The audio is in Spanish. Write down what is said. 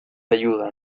ayuda